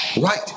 right